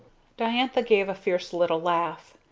diantha gave a fierce little laugh.